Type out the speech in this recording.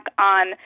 on